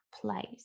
place